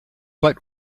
but